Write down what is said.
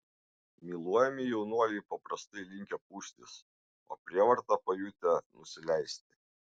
myluojami jaunuoliai paprastai linkę pūstis o prievartą pajutę nusileisti